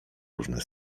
różne